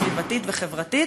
סביבתית וחברתית